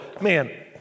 man